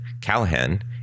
Callahan